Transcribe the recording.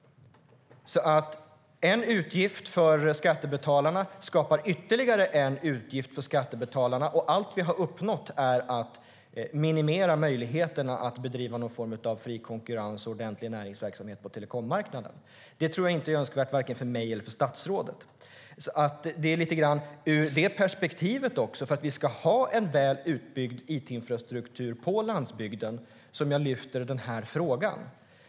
En utgift för skattebetalarna skapar alltså ytterligare en utgift för skattebetalarna, och allt vi har uppnått är att minimera möjligheterna att bedriva någon form av fri konkurrens och ordentlig näringsverksamhet på telekommarknaden. Det tycker varken jag eller statsrådet är önskvärt. Det är också lite grann ur det här perspektivet, för att vi ska ha en väl utbyggd it-infrastruktur på landsbygden, som jag lyfter fram den här frågan.